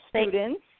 students